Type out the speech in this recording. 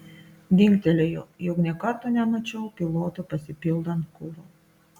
dingtelėjo jog nė karto nemačiau piloto pasipildant kuro